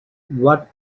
what